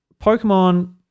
Pokemon